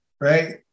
right